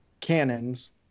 cannons